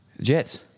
Jets